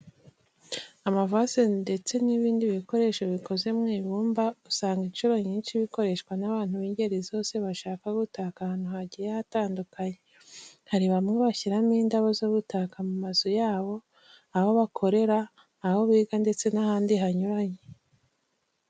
Amavaze ndetse n'ibindi bikoresho bikoze mu ibumba usanga incuro nyinshi bikoreshwa n'abantu b'ingeri zose bashaka gutaka ahantu hagiye hatandukanye. Hari bamwe bashyiramo indabo zo gutaka mu mazu yabo, aho bakorera, aho biga ndetse n'ahandi hanyuranye.